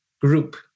group